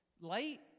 light